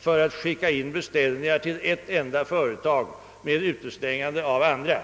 för att skicka in beställningar till ett enda företag med utestängande av andra.